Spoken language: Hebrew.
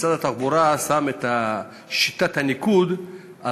משרד התחבורה שם את שיטת הניקוד על